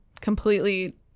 completely